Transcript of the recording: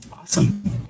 Awesome